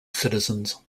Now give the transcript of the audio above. citizens